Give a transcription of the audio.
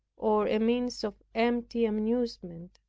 or a means of empty amusement.